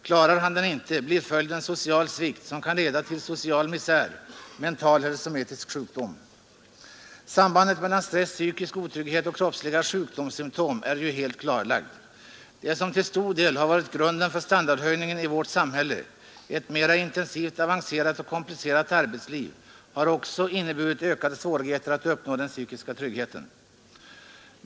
Klarar han den inte blir följden social svikt som kan leda till social misär, mental eller somatisk sjukdom. Sambandet mellan stress, psykisk otrygghet och kroppsliga sjukdomssymptom är ju helt klarlagt. Det som till stor del har varit grunden för standardhöjningen i vårt samhälle, ett mera intensivt avancerat och komplicerat arbetsliv, har också inneburit ökade svårigheter att uppnå den psykiska tryggheten.